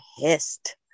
pissed